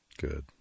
good